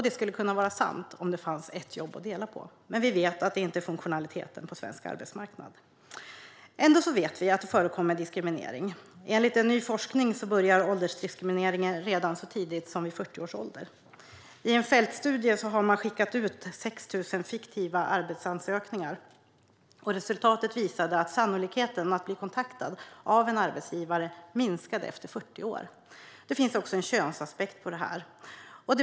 Det skulle kunna vara sant om det fanns ett jobb att dela på, men vi vet att det inte är funktionaliteten på svensk arbetsmarknad. Ändå vet vi att det förekommer diskriminering. Enligt ny forskning börjar åldersdiskrimineringen redan så tidigt som vid 40 års ålder. I en fältstudie skickade man ut 6 000 fiktiva arbetsansökningar. Resultatet visade att sannolikheten att bli kontaktad av en arbetsgivare minskade efter 40 års ålder. Det finns också en könsaspekt på detta.